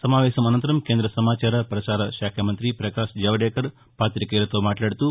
సమావేశం అనంతరం కేంద్ర సమాచార పసార శాఖ మంత్రి పకాశ్ జవదేకర్ పాతికేయులతో మాట్లాడుతూ